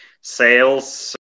sales